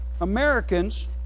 Americans